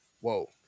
whoa